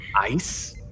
Ice